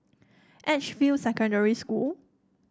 Edgefield Secondary School